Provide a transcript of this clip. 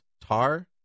Tar